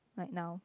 right now